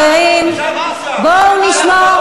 בושה.